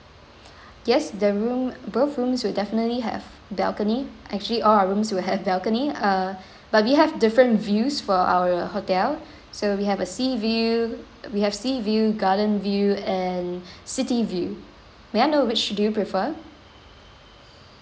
yes the room both rooms will definitely have balcony actually all our rooms will have balcony uh but we have different views for our hotel so we have a sea view we have sea view garden view and city view may I know which do you prefer